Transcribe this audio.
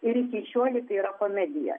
ir iki šiolei tai yra komedija